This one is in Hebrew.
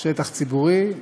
שטח ציבורי.